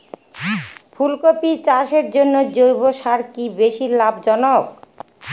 ফুলকপি চাষের জন্য জৈব সার কি বেশী লাভজনক?